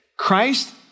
Christ